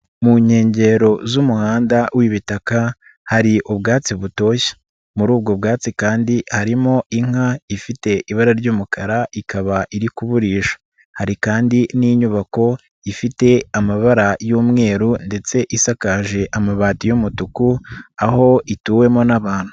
Mu nkengero z'umuhanda w'ibitaka hari ubwatsi butoshye, muri ubwo bwatsi kandi harimo inka ifite ibara ry'umukara ikaba iri kugurisha, hari kandi n'inyubako ifite amabara y'umweru ndetse isakaje amabati y'umutuku aho ituwemo n'abantu.